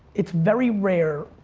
it's very rare,